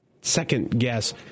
second-guess